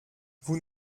vous